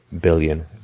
billion